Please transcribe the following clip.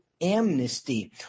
amnesty